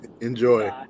Enjoy